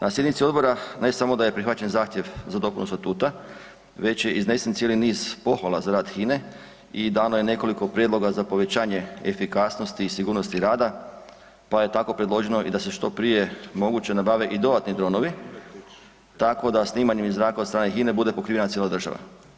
Na sjednici odbora, ne samo da je prihvaćen zahtjev za dopunu statuta, već je iznesen cijeli niz pohvala za rad HINA-e i dano je nekoliko prijedloga za povećanje efikasnosti i sigurnosti rada, pa je tako predloženo i da se što prije moguće nabave i dodatni dronovi tako da snimanjem iz zraka od strane HINA-e bude pokrivana cijela država.